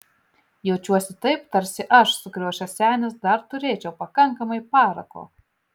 jaučiuosi taip tarsi aš sukriošęs senis dar turėčiau pakankamai parako